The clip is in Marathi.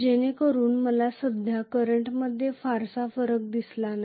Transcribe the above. जेणेकरून मला सध्या करंटमध्ये फारसा फरक दिसला नाही